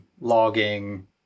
logging